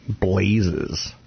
blazes